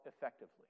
effectively